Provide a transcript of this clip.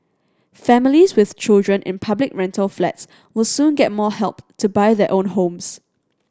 families with children in public rental flats will soon get more help to buy their own homes